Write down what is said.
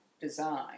design